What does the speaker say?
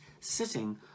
sitting